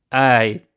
i